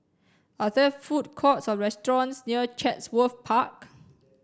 are there food courts or restaurants near Chatsworth Park